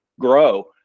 grow